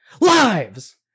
Lives